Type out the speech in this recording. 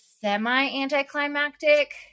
semi-anticlimactic